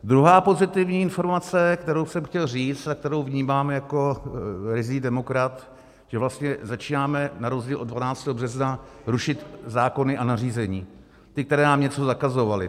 Druhá pozitivní informace, kterou jsem chtěl říct a kterou vnímám jako ryzí demokrat, že vlastně začínáme na rozdíl od 12. března rušit zákony a nařízení, ty, které nám něco zakazovaly.